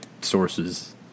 sources